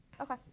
Okay